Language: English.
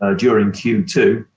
ah during q two.